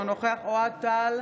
אינו נוכח אוהד טל,